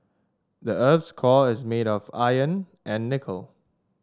the earth's core is made of iron and nickel